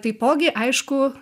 taipogi aišku